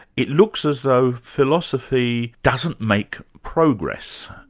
it looks as though philosophy doesn't make progress.